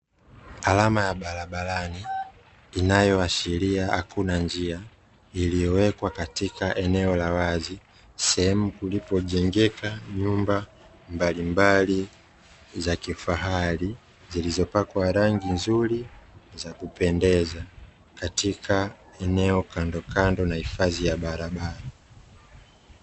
Alama ya barabarani inayoashiria hakuna njia iliyowekwa katika eneo la wazi, sehemu kulipojengeka nyumba mbalimbali za kifahari. Zilizopakwa rangi nzuri za kupendeza, katika eneo kandokando na hifadhi ya barabara.